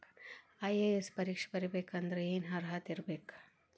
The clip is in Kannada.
ಐ.ಎ.ಎಸ್ ಪರೇಕ್ಷೆ ಬರಿಬೆಕಂದ್ರ ಏನ್ ಅರ್ಹತೆ ಇರ್ಬೇಕ?